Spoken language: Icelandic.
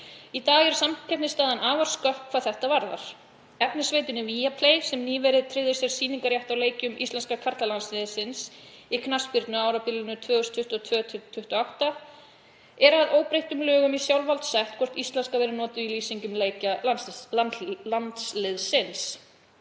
Í dag er samkeppnisstaðan afar skökk hvað þetta varðar. Efnisveitunni Viaplay, sem nýverið tryggði sér sýningarrétt á leikjum íslenska karlalandsliðsins í knattspyrnu á árabilinu 2022–2028, er að óbreyttum lögum í sjálfsvald sett hvort íslenska verði notuð í lýsingu á leikjum landsliðsins.“